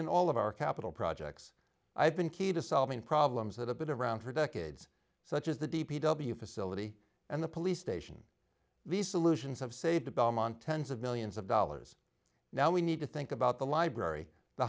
in all of our capital projects i've been key to solving problems that have been around for decades such as the d p w facility and the police station these solutions have saved to belmont tens of millions of dollars now we need to think about the library the